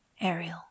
Ariel